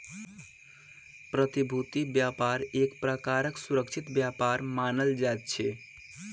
प्रतिभूति व्यापार एक प्रकारक सुरक्षित व्यापार मानल जाइत अछि